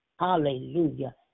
Hallelujah